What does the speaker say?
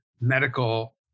medical